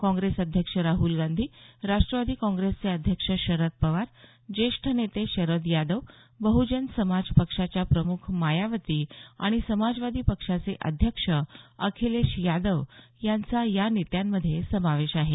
काँग्रेस अध्यक्ष राहुल गांधी राष्ट्वादी काँग्रेसचे अध्यक्ष शरद पवार ज्येष्ठ नेते शरद यादव बहजन समाज पक्षाच्या प्रमुख मायावती आणि समाजवादी पक्षाचे अध्यक्ष अखिलेश यादव यांचा या नेत्यांमध्ये समावेश आहे